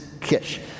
Kish